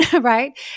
right